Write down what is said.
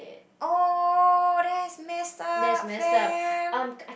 oh that's messed up fam